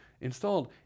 installed